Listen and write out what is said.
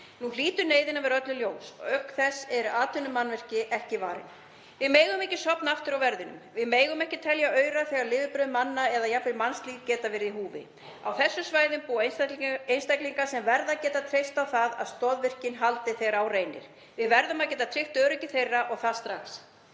Nú hlýtur neyðin að vera öllum ljós. Auk þess eru atvinnumannvirki ekki varin. Við megum ekki sofna aftur á verðinum. Við megum ekki telja aura þegar lifibrauð manna eða jafnvel mannslíf geta verið í húfi. Á þessum svæðum búa einstaklingar sem verða að geta treyst á það að stoðvirkin haldi þegar á reynir. Við verðum að geta tryggt öryggi þeirra og það strax.